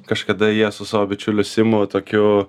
kažkada jie su savo bičiuliu simu tokiu